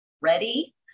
ready